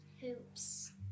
hoops